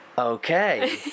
Okay